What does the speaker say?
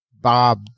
Bob